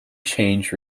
change